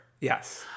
Yes